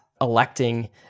electing